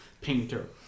painter